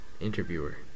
Interviewer